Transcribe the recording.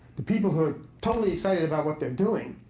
the people who are totally excited about what they're doing,